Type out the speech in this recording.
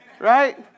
right